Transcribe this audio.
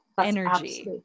energy